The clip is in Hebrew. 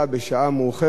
בשעה מאוחרת,